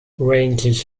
rages